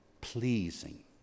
pleasing